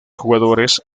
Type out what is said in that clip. jugadores